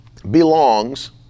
belongs